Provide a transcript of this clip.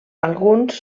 alguns